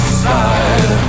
side